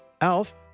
ALF